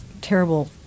terrible